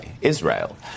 Israel